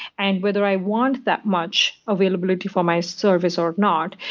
and whether i want that much availability for my service or not.